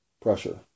pressure